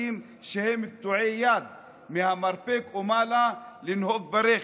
שהם קטועי יד מהמרפק ומעלה לנהוג ברכב,